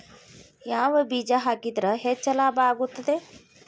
ಯಾವ ಬೇಜ ಹಾಕಿದ್ರ ಹೆಚ್ಚ ಲಾಭ ಆಗುತ್ತದೆ?